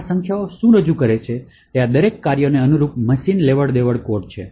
આ સંખ્યાઓ શું રજૂ કરે છે તે આ દરેક કાર્યોને અનુરૂપ મશીન લેવલ કોડ છે